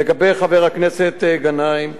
לגבי חבר הכנסת גנאים,